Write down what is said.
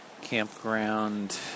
campground